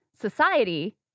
Society